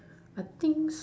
I think so